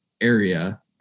area